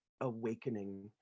awakening